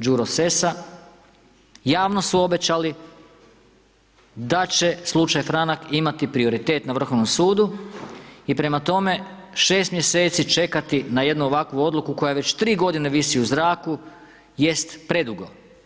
Đuro Sesa javno su obećali da će slučaj Franak imati prioritet na Vrhovnom sudu i prema tome 6 mjeseci čekati na jednu ovakvu odluku koja već 3 godine visi u zraku jest predugo.